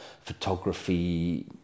photography